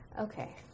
Okay